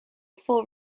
full